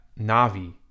Navi